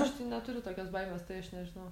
aš tai neturiu tokios baimės tai aš nežinau